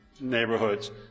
neighborhoods